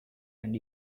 and